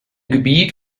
gebiet